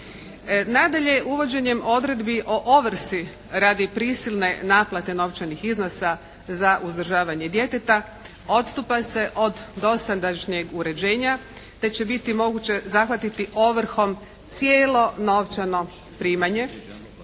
Nadalje uvođenjem odredbi o ovrsi radi prisilne naplate novčanih iznosa za uzdržavanje djeteta odstupa se od dosadašnjeg uređenja te će biti moguće zahvatiti ovrhom cijelo novčano primanje